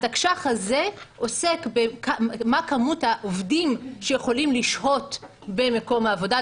התקש"ח הזה עוסק בכמות העובדים שיכולים לשהות במקום העבודה.